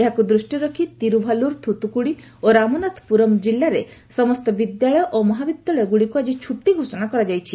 ଏହାକୁ ଦୃଷ୍ଟିରେ ରଖି ତିରୁଭାଲୁର୍ ଥୁତୁକୁଡି ରାମନାଥପୁରମ୍ ଜିଲ୍ଲାରେ ସମସ୍ତ ବିଦ୍ୟାଳୟ ଓ ମହାବିଦ୍ୟାଳୟଗୁଡ଼ିକୁ ଆକି ଛୁଟି ଘୋଷଣା କରାଯାଇଛି